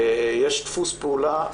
יש דפוס פעולה.